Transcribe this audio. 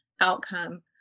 outcome